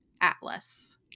Atlas